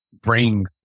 bring